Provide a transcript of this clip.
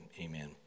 amen